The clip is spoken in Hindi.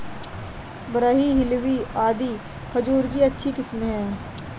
बरही, हिल्लावी आदि खजूर की अच्छी किस्मे हैं